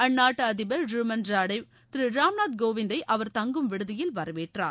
அந்நாட்டு அதிபர் Rumen Radev திரு ராம்நாத் கோவிந்தை அவர் தங்கும் விடுதியில் வரவேற்றார்